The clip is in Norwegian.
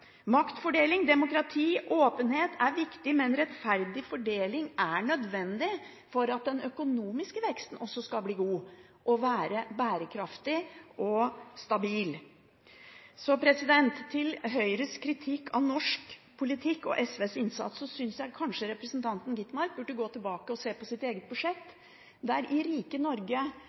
Maktfordeling, demokrati og åpenhet er viktig, men rettferdig fordeling er nødvendig for at den økonomiske veksten også skal bli god, bærekraftig og stabil. Til Høyres kritikk av norsk politikk og SVs innsats: Jeg synes kanskje representanten Gitmark burde gå tilbake og se på sitt eget budsjett, der Høyre, i rike Norge,